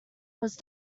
was